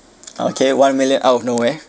okay one million out of nowhere